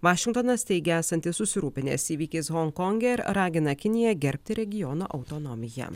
vašingtonas teigia esantis susirūpinęs įvykiais honkonge ir ragina kiniją gerbti regiono autonomiją